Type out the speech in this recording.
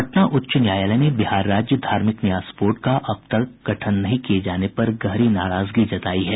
पटना उच्च न्यायालय ने बिहार राज्य धार्मिक न्यास बोर्ड का अब तक गठन नहीं किये जाने पर गहरी नाराजगी जतायी है